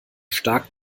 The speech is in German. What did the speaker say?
stark